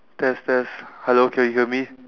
test test hello can you hear me